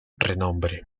renombre